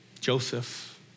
Joseph